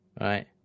Right